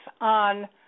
on